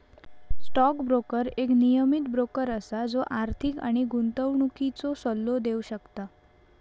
stock broker एक नियमीत broker असा जो आर्थिक आणि गुंतवणुकीचो सल्लो देव शकता